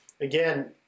again